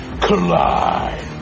collide